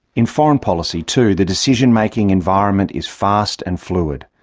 in foreign policy, too, the decision-making environment is fast and fluid.